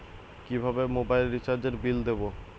কিভাবে মোবাইল রিচার্যএর বিল দেবো?